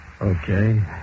Okay